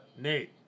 Nate